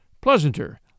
pleasanter